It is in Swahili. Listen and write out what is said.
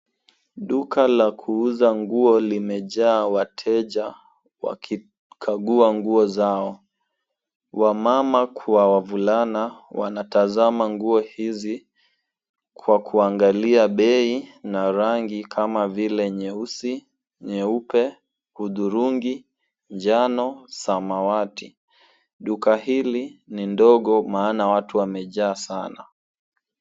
Duka la kuuza nguo limejaa wateja, wakikagua nguo zao. Wamama kuwa wavulana, wanatazama nguo hizi kwa kuangalia bei na rangi kama vile nyeusi, nyeupe, hudhurungi, njano, samawati. Duka hili ni ndogo maana watu wamejaa sana.